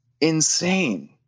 insane